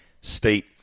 state